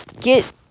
get